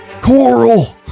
Coral